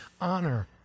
honor